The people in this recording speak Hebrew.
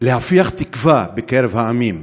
להפיח תקווה בקרב העמים,